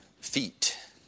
feet